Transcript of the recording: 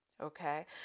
Okay